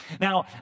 Now